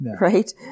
right